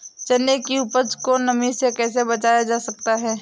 चने की उपज को नमी से कैसे बचाया जा सकता है?